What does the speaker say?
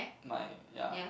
my ya